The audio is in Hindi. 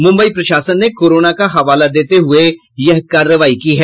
मुम्बई प्रशासन ने कोरोना का हवाला देते हुये यह कार्रवाई की है